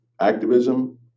activism